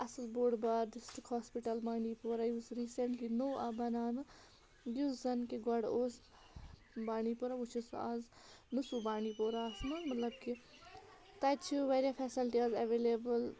اَصل بوٚڈ بار ڈِسٹِرٛک ہاسپِٹَل بانڈی پورہ یُس ریٖسٮ۪نٛٹلی نوٚو آو بَناونہٕ یُس زَن کہِ گۄڈٕ اوس بانڈی پورہ وۄنۍ چھِ سُہ آز نُسوٗ بانڈی پوراہَس منٛز مَطلَب کہِ تَتہِ چھِ واریاہ فٮ۪سَلٹی آز اٮ۪وٮ۪لیبٕل